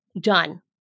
done